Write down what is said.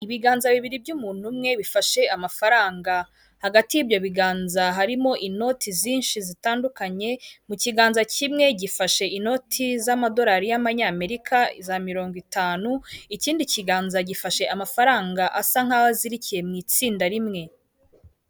Ibiganza bibiri by'umuntu umwe bifashe amafaranga hagati y'ibyo biganza harimo inoti zinshi zitandukanye, mu kiganza kimwe gifashe inoti z'amadolari y'abanyamerika za mirongo itanu, ikindi kiganza gifashe amafaranga asa nkaho azirikiye mu itsinda rimwe.